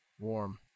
Warm